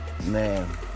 Man